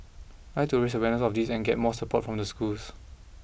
I'd like to raise awareness of this and get more support from the schools